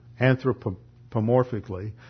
anthropomorphically